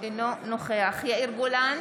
אינו נוכח יאיר גולן,